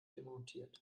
demontiert